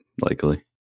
likely